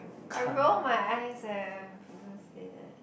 I roll my eyes eh when people say that